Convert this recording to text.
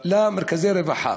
למרכזי הרווחה.